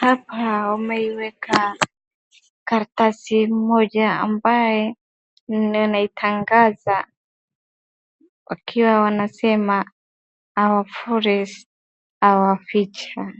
Hapa wameiweka karatasi moja ambaye inatangaza wakiwa wanasema Our Forest Our Future